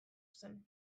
zen